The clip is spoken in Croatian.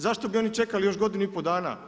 Zašto bi oni čekali još godinu i pol dana.